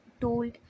told